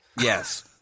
Yes